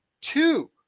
two